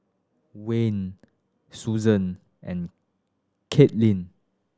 Wayne Suzy and Kathaleen